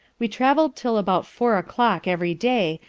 we travel'd till about four o'clock every day,